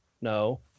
no